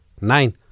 nine